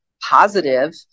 positive